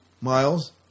Miles